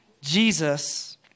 Jesus